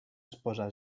esposa